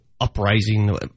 uprising